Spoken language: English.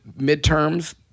midterms